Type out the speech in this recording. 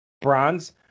bronze